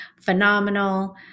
phenomenal